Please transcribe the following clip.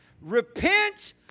Repent